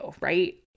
right